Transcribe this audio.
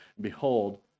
Behold